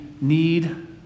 need